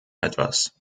etwas